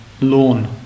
lawn